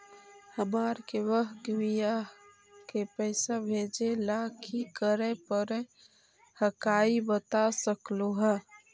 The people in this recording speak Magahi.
हमार के बह्र के बियाह के पैसा भेजे ला की करे परो हकाई बता सकलुहा?